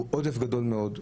הוא עודף גדול מאוד.